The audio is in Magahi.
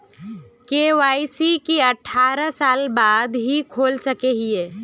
के.वाई.सी की अठारह साल के बाद ही खोल सके हिये?